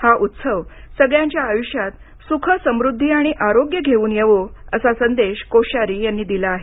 हा उत्सव सगळ्यांच्या आयुष्यात सुख समृद्दी आणि आरोग्य घेऊन येवो असा संदेश कोश्यारी यांनी दिला आहे